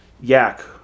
Yak